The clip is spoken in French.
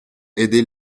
aider